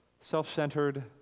self-centered